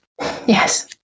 yes